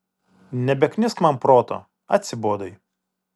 nebeknisk man proto atsibodai